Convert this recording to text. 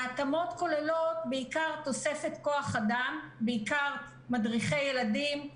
ההתאמות כוללות בעיקר תוספת כוח אדם בעיקר מדריכי ילדים,